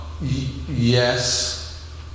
Yes